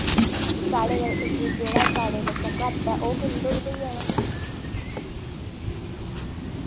अच्छा अच्छा जेह्ड़ा सारें कोला घट्ट ऐ ओह् किन्ने धोड़ी थ्होई जाना